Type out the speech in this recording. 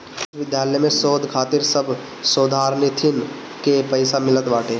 विश्वविद्यालय में शोध खातिर सब शोधार्थीन के पईसा मिलत बाटे